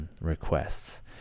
Requests